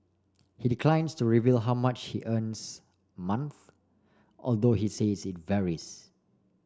he declines to reveal how much he earns month although he says it varies